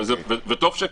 וטוב שכך.